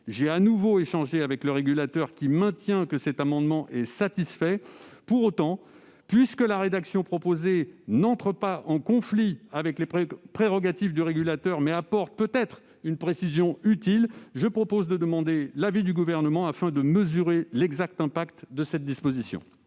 j'ai de nouveau contacté sur cette question, maintient que cet amendement est satisfait. Pour autant, dans la mesure où la rédaction proposée n'entre pas en conflit avec les prérogatives du régulateur, mais apporte peut-être une précision utile, je propose de demander l'avis du Gouvernement afin de mesurer l'impact exact de cette disposition.